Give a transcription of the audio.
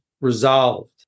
resolved